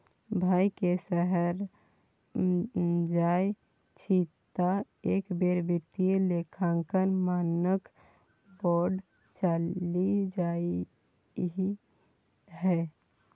भाय रे शहर जाय छी तँ एक बेर वित्तीय लेखांकन मानक बोर्ड चलि जइहै